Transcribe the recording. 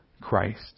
Christ